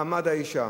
מעמד האשה,